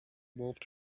wolfed